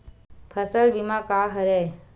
फसल बीमा का हरय?